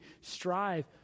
strive